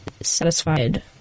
satisfied